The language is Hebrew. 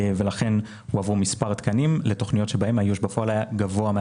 ולכן הועברו מספר תקנים לתכניות בהן האיוש בפועל היה גבוה.